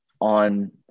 on